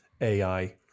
AI